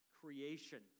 creation